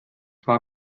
war